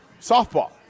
softball